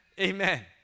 Amen